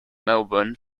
melbourne